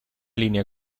línia